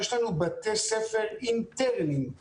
יש לנו בתי ספר אינטרניים,